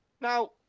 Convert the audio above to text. Now